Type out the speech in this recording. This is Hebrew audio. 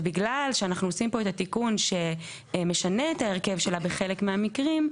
ובגלל שאנחנו עושים פה את התיקון שמשנה את ההרכב שלה בחלק מהמקרים,